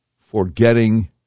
forgetting